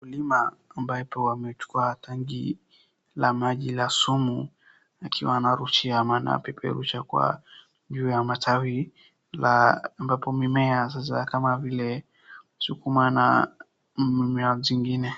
Mkulima ambapo amechukua tanki la maji la sumu akiwa anarushia ama anapeperusha kwa juu ya matawi la ambapo mimea sasa kama vile sukuma na mimea zingine.